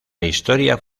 historia